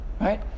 right